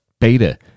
beta